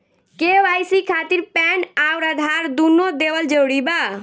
KYC खातिर PAN आउर आधार दुनों देवल जरूरी बा?